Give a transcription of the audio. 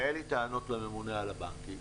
אין לי טענות לממונה על הבנקים.